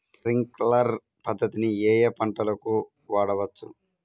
Sprinkler పద్ధతిని ఏ ఏ పంటలకు వాడవచ్చు?